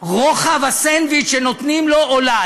רוחב הסנדוויץ' שנותנים לו או לה,